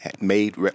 made